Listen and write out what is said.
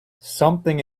something